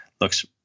looks